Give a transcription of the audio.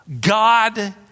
God